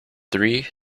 three